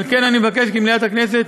על כן, אני מבקש כי מליאת הכנסת